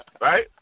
Right